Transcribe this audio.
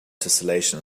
tesselation